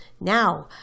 now